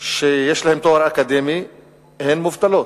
שיש להן תואר אקדמי הן מובטלות.